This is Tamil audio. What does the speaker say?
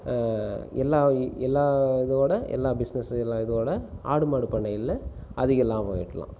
எல்லா எல்லா இதோடய எல்லா பிஸ்னஸுகள் இதோடய ஆடு மாடு பண்ணைகளில் அதிக லாபம் ஈட்டலாம்